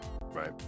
Right